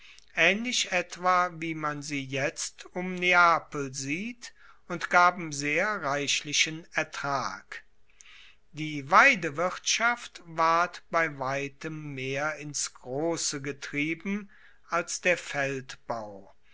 aehnlich etwa wie man sie jetzt um neapel sieht und gaben sehr reichlichen ertrag die weidewirtschaft ward bei weitem mehr ins grosse getrieben als der feldbau